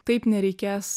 taip nereikės